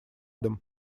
дом